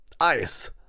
ice